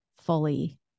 fully